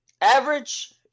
Average